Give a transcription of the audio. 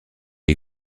est